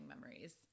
memories